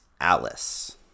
Alice